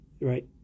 right